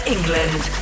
England